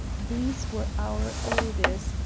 these were our orders,